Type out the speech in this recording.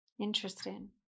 Interesting